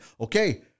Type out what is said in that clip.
okay